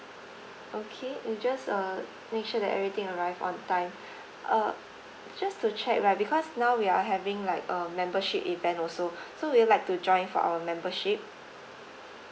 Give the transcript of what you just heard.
okay we just uh make sure that everything arrive on time uh just to check right because now we are having like uh membership event also so would you like to join for our membership